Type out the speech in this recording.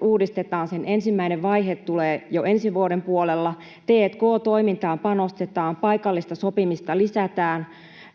uudistetaan. Sen ensimmäinen vaihe tulee jo ensi vuoden puolella. T&k-toimintaan panostetaan, paikallista sopimista lisätään.